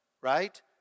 right